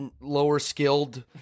lower-skilled